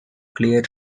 clear